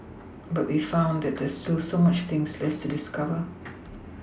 but we found that there is still so much things left to discover